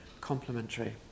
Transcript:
complementary